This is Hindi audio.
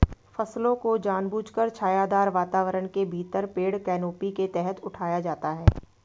फसलों को जानबूझकर छायादार वातावरण के भीतर पेड़ कैनोपी के तहत उठाया जाता है